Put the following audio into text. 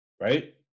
right